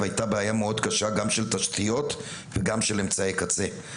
הייתה בעיה מאוד קשה גם של תשתיות וגם של אמצעי קצה.